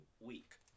week